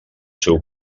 seu